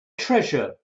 treasure